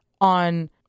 on